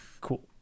Cool